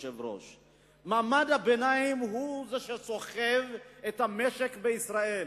מעמד הביניים הוא זה שסוחב את המשק בישראל,